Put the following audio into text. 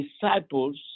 disciples